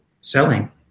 selling